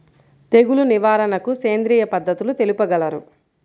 తెగులు నివారణకు సేంద్రియ పద్ధతులు తెలుపగలరు?